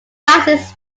rises